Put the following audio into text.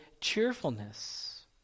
cheerfulness